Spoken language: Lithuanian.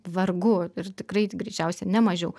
vargu ir tikrai greičiausiai ne mažiau